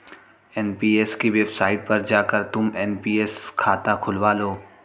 NPS की website पर जाकर तुम एन.पी.एस खाता खुलवा लो